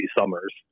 Summers